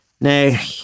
now